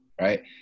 Right